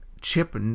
Chip